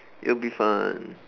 it'll be fun